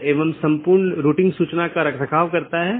चौथा वैकल्पिक गैर संक्रमणीय विशेषता है